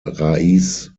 raíz